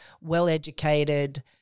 well-educated